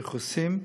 פרכוסים,